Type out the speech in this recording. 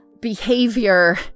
behavior